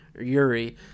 yuri